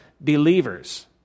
believers